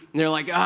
and you're like, ah